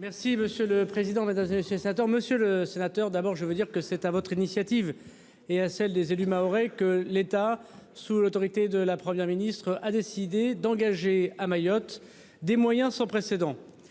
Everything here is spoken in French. Merci monsieur le président, madame c'est 7h. Monsieur le sénateur, d'abord je veux dire que c'est à votre initiative et à celle des élus mahorais que l'État, sous l'autorité de la Première ministre a décidé d'engager à Mayotte. Des moyens sans précédent